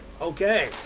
okay